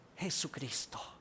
Jesucristo